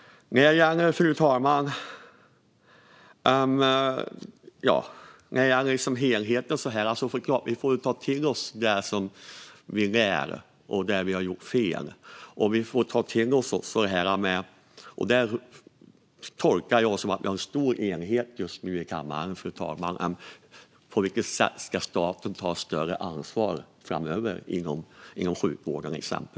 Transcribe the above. Fru talman! När det gäller helheten får vi ta till oss det som vi lär och det vi har gjort fel. Jag tolkar det som att vi just nu har en stor enighet i kammaren när det gäller på vilket sätt staten ska ta större ansvar framöver inom exempelvis sjukvården.